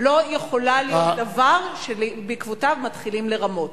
לא יכולה להיות דבר שבעקבותיו מתחילים לרמות.